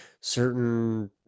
certain